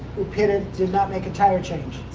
who pitted, did not make a tire change,